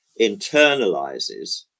internalizes